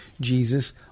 Jesus